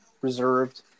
reserved